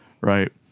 right